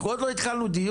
אנחנו עוד לא התחלנו דיון,